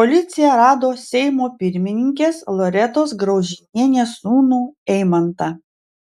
policija rado seimo pirmininkės loretos graužinienės sūnų eimantą